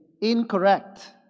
incorrect